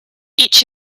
each